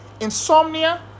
insomnia